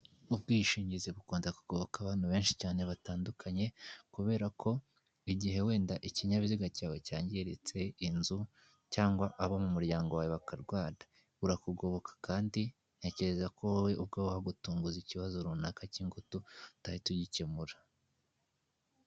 Ubwishingizi bukunda kugoboka abantu benshi cyane batandukanye, kubera ko igihe wenda ikinyabiziga cyawe cyangiritse, inzu cyangwa abo mu muryango wawe bakarwara, burakugoboka kandi ntekereza ko wowe ubwo uwagutunguza ikibazo runaka cy'ingutu, utahita ugikemura.